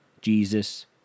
Jesus